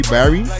Barry